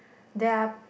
there are